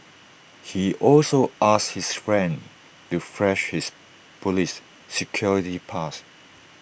he also asked his friend to flash his Police security pass